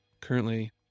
currently